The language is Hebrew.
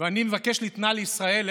ואני מבקש ליתנה לישראל.